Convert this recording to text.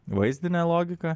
vaizdinę logiką